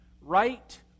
right